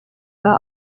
war